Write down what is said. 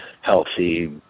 healthy